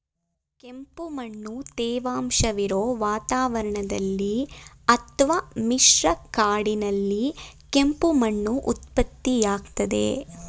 ಕೆಂಪುಮಣ್ಣು ತೇವಾಂಶವಿರೊ ವಾತಾವರಣದಲ್ಲಿ ಅತ್ವ ಮಿಶ್ರ ಕಾಡಿನಲ್ಲಿ ಕೆಂಪು ಮಣ್ಣು ಉತ್ಪತ್ತಿಯಾಗ್ತದೆ